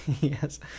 Yes